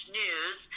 news